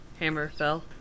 Hammerfell